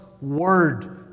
word